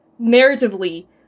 narratively